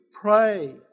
pray